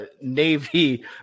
Navy